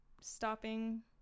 stopping